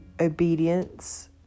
obedience